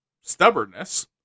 stubbornness